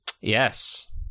yes